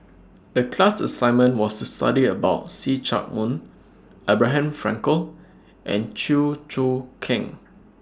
The class assignment was to study about See Chak Mun Abraham Frankel and Chew Choo Keng